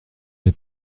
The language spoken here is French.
les